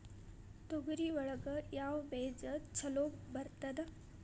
ತೊಗರಿ ಒಳಗ ಯಾವ ಬೇಜ ಛಲೋ ಬರ್ತದ?